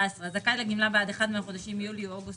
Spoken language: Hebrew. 14. הזכאי לגמלה בעד אחד מהחודשים יולי או אוגוסט